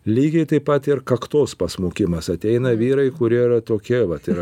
lygiai taip pat ir kaktos pasmukimas ateina vyrai kurie yra tokie vat ir